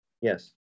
Yes